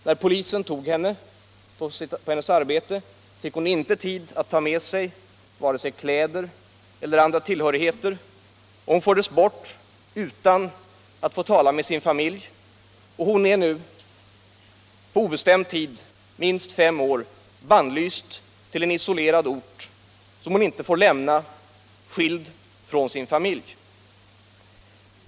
När polisen tog henne på hennes arbete, fick hon inte tid att ta med sig vare sig kläder eller andra tillhörigheter, och hon fördes bort utan att få tala med sin familj. Hon är nu på obestämd tid, minst fem år, bannlyst till en isolerad ort, som hon inte får lämna, skild från sin familj.